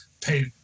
pay